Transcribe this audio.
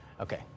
Okay